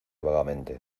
vagamente